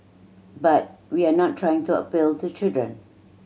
but we're not trying to appeal to children